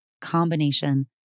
combination